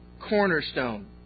cornerstone